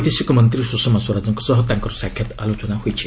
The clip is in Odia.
ବୈଦେଶିକ ମନ୍ତ୍ରୀ ସୁଷମା ସ୍ୱରାଜଙ୍କ ସହ ତାଙ୍କର ସାକ୍ଷାତ୍ ଆଲୋଚନା ହୋଇଛି